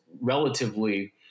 relatively